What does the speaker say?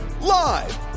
Live